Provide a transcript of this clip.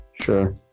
Sure